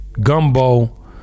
gumbo